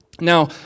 Now